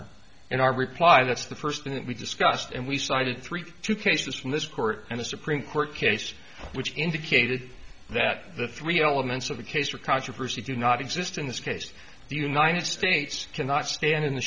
or in our reply that's the first thing that we discussed and we cited three two cases from this court and a supreme court case which indicated that the three elements of the case for controversy do not exist in this case the united states cannot stand in the